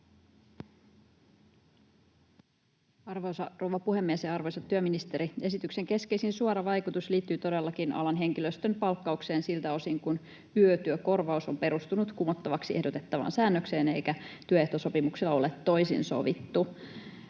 Arvoisa rouva puhemies! Arvoisa työministeri, esityksen keskeisin suora vaikutus liittyy todellakin alan henkilöstön palkkaukseen siltä osin kuin yötyökorvaus on perustunut kumottavaksi ehdotettavaan säännökseen eikä työehtosopimuksessa ole toisin sovittu.